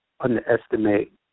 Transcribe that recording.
underestimate